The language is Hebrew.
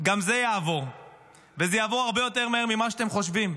גם זה יעבור וזה יעבור הרבה יותר מהר ממה שאתם חושבים.